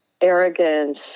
arrogance